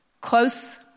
close